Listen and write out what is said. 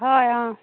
হয় অ